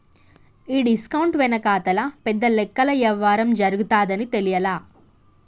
ఈ డిస్కౌంట్ వెనకాతల పెద్ద లెక్కల యవ్వారం జరగతాదని తెలియలా